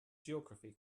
geography